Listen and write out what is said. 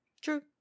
True